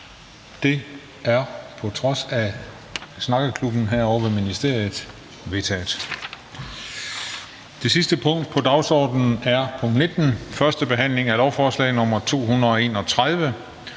Det er på trods af snakkeklubben herovre ved ministerne vedtaget. --- Det sidste punkt på dagsordenen er: 19) 1. behandling af lovforslag nr. L 231: